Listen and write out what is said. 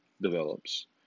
develops